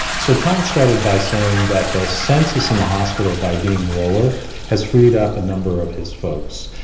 so tom started by saying that the census in the hospital by being lower has freed up a number of his folks.